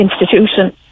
institution